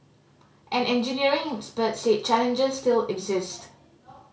an engineering expert said challenges still exist